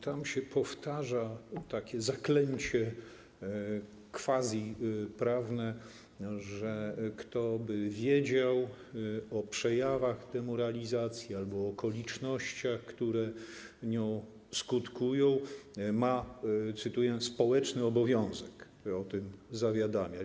Tam się powtarza takie zaklęcie quasi-prawne, że kto by wiedział o przejawach demoralizacji albo o okolicznościach, które nią skutkują, ma, cytuję: społeczny obowiązek o tym zawiadamiać.